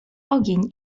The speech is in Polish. ogień